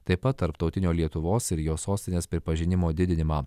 taip pat tarptautinio lietuvos ir jos sostinės pripažinimo didinimą